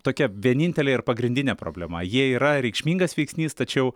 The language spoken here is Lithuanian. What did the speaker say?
tokia vienintelė ir pagrindinė problema jie yra reikšmingas veiksnys tačiau